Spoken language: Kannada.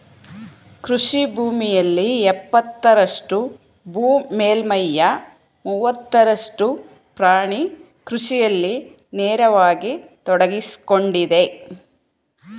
ಕೃಷಿ ಭೂಮಿಯಲ್ಲಿ ಎಪ್ಪತ್ತರಷ್ಟು ಭೂ ಮೇಲ್ಮೈಯ ಮೂವತ್ತರಷ್ಟು ಪ್ರಾಣಿ ಕೃಷಿಯಲ್ಲಿ ನೇರವಾಗಿ ತೊಡಗ್ಸಿಕೊಂಡಿದೆ